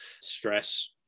stress